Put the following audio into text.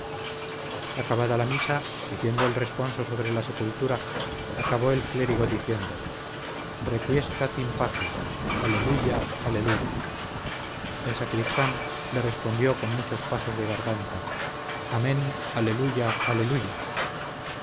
acabada la misa diciendo el responso sobre la sepultura acabo el clérigo diciendo requiescat in pace alleluja alleluja el sacristán le respondió con muchos pasos de garganta amen alleluja alleluja